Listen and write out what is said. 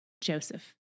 Joseph